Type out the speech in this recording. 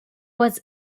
was